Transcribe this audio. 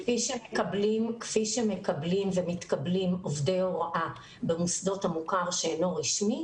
כפי שמקבלים ומתקבלים עובדי הוראה במוסדות המוכר שאינו רשמי,